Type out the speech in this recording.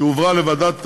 שהועברה לוועדה המיוחדת.